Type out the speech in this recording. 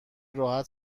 راحت